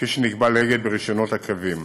כפי שנקבע לאגד ברישיונות הקווים.